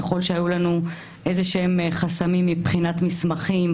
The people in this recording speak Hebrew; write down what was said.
ככל שהיו לנו איזה שהם חסמים מבחינת מסמכים,